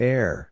Air